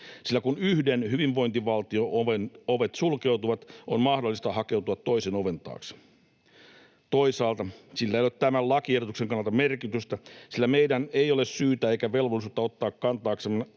sillä kun yhden hyvinvointivaltion ovet sulkeutuvat, on mahdollista hakeutua toisen oven taakse. Toisaalta sillä ei ole tämän lakiehdotuksen kannalta merkitystä, sillä meidän ei ole syytä eikä velvollisuutta ottaa kantaaksemme